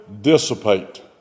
dissipate